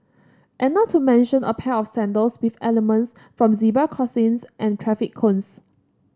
and not to mention a pair of sandals with elements from zebra crossings and traffic cones